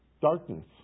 Darkness